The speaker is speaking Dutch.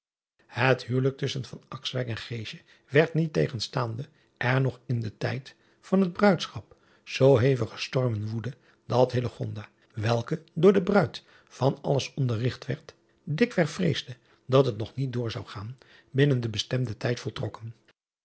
et huwelijk tusschen en werd niettegenstaande er nog in den tijd van het bruidschap zoo hevige stormen woeden dat welke door de bruid van alles onderrigt werd dikwerf vreesde dat het nog niet door zou gaan binnen den bestemden tijd voltrokken